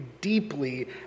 deeply